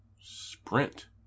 Sprint